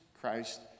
Christ